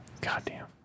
Goddamn